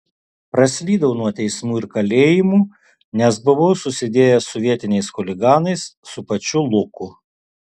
praslydau nuo teismų ir kalėjimų nes buvau susidėjęs su vietiniais chuliganais su pačiu luku